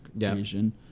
Asian